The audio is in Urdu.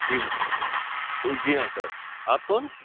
جی جی ہاں سر آپ کون